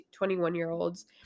21-year-olds